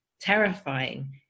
terrifying